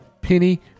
penny